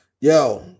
Yo